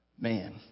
man